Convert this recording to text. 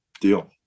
deal